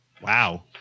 wow